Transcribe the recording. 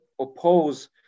oppose